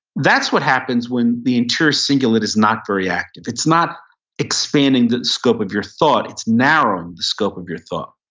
that's what happens when the interior cingulate is not very active. it's not expanding the scope of your thought. it's narrowing the scope of your thought.